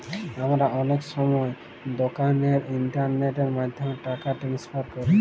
আমরা অলেক সময় দকালের ইলটারলেটের মাধ্যমে টাকা টেনেসফার ক্যরি